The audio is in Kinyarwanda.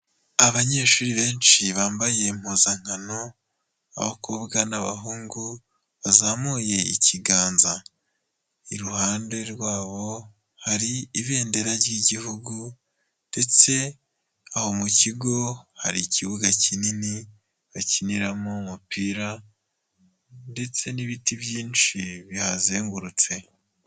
Abanyeshuri benshi bambaye impuzankano, abakobwa n'abahungu bazamuye ikiganza. Iruhande rwabo hari ibendera ry'igihugu ndetse aho mu kigo hari ikibuga kinini bakiniramo umupira ndetse n'ibiti byinshi bihazengurutse.